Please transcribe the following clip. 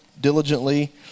diligently